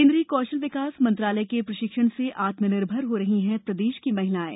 केन्द्रीय कौशल विकास मंत्रालय के प्रशिक्षण से आत्मनिर्भर हो रही हैं प्रदेश की महिलाएं